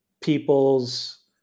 people's